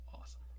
awesome